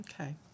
Okay